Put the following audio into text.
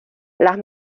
las